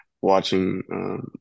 watching